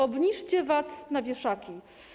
Obniżcie VAT na wieszaki.